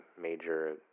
major